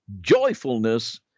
joyfulness